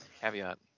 caveat